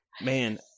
man